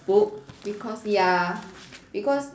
book because ya because